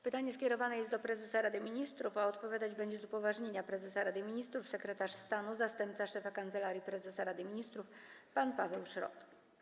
Pytanie skierowane jest do prezesa Rady Ministrów, a odpowiadać na nie będzie z upoważnienia prezesa Rady Ministrów sekretarz stanu zastępca szefa Kancelarii Prezesa Rady Ministrów pan Paweł Szrot.